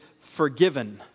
forgiven